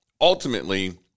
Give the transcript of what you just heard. Ultimately